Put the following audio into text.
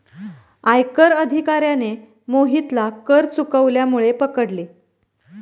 आयकर अधिकाऱ्याने मोहितला कर चुकवल्यामुळे पकडले